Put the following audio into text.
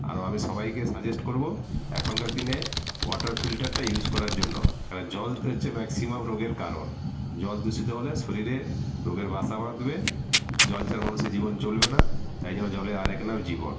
আরও আমি সবাইকে সাজেস্ট করবো এখনকার দিনে ওয়াটার ফিল্টারটা ইউজ করার জন্য কারণ জল হচ্ছে ম্যাক্সিমাম রোগের কারণ জল দূষিত হলে শরীরে রোগের বাসা বাঁধবে জল ছাড়া মানুষের জীবন চলবে না তাই জন্য জলের আরেক নাম জীবন